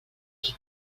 qui